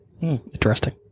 Interesting